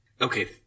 Okay